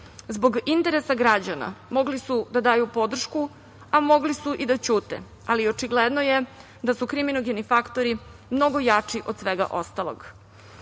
zbog interesa građana mogli su da daju podršku, ali mogli su i da ćute, ali očigledno je da su kriminogeni faktori mnogo jači od svega ostalog. Umesto